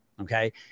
Okay